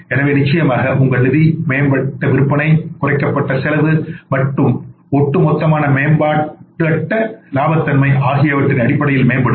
எனவே நிச்சயமாக உங்கள் நிதி மேம்பட்ட விற்பனை குறைக்கப்பட்ட செலவு மற்றும்ஒட்டுமொத்தமாகமேம்பட்ட இலாபத்தன்மை ஆகியவற்றின் அடிப்படையில் மேம்படும்